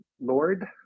Lord